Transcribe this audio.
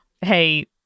hey